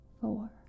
four